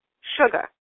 sugar